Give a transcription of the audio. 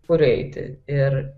kur eiti ir